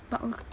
but